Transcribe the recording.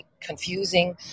confusing